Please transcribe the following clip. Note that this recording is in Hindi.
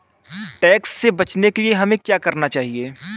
टैक्स से बचने के लिए हमें क्या करना चाहिए?